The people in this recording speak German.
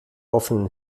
offenen